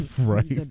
right